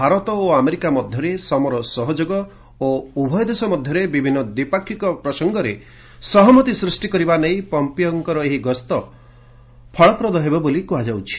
ଭାରତ ଓ ଆମେରିକା ମଧ୍ୟରେ ସମର ସହଯୋଗ ଓ ଉଭୟ ଦେଶ ମଧ୍ୟରେ ବିଭିନ୍ନ ଦ୍ୱିପକ୍ଷିକ ପ୍ରସଙ୍ଗରେ ସହମତି ସୃଷ୍ଟି କରିବା ନେଇ ପମ୍ପିଓଙ୍କର ଏହି ଗସ୍ତ ଏକ ମହାନ ସୁଯୋଗ ବୋଲି କୁହାଯାଉଛି